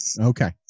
Okay